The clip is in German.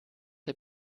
der